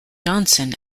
johnson